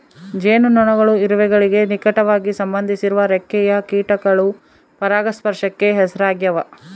ಜೇನುನೊಣಗಳು ಇರುವೆಗಳಿಗೆ ನಿಕಟವಾಗಿ ಸಂಬಂಧಿಸಿರುವ ರೆಕ್ಕೆಯ ಕೀಟಗಳು ಪರಾಗಸ್ಪರ್ಶಕ್ಕೆ ಹೆಸರಾಗ್ಯಾವ